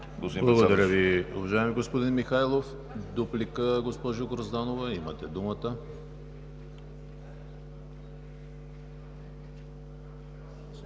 Благодаря Ви, уважаеми господин Михайлов. Дуплика – госпожо Грозданова, имате думата.